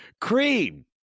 cream